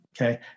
okay